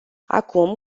acum